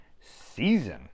season